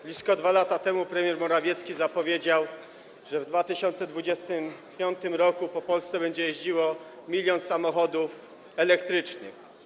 Blisko 2 lata temu premier Morawiecki zapowiedział, że w 2025 r. po Polsce będzie jeździło milion samochodów elektrycznych.